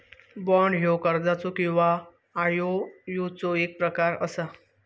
bond ह्यो कर्जाचो किंवा आयओयूचो एक प्रकार असा